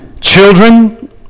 Children